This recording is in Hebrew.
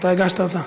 מתי הגשת אותה?